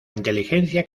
inteligencia